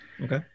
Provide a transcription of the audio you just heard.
Okay